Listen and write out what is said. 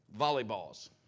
volleyballs